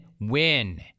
win